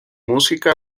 música